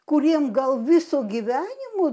kuriem gal viso gyvenimo